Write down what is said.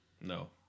No